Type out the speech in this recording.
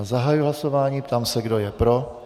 Zahajuji hlasování a ptám se, kdo je pro.